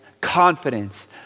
confidence